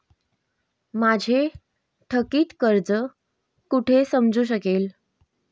माझे थकीत कर्ज कुठे समजू शकेल?